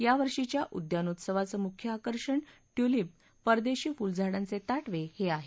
यावर्षीच्या उद्यानोत्सवाचं मुख्य आकर्षण ट्युलीप परदेशी फुलझाडांचे ताटवे हे आहे